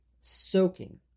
Soaking